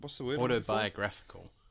Autobiographical